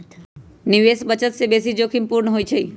निवेश बचत से बेशी जोखिम पूर्ण होइ छइ